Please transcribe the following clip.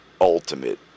ultimate